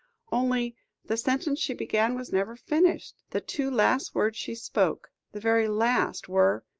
only the sentence she began was never finished. the two last words she spoke, the very last, were,